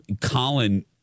Colin